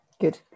Good